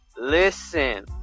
listen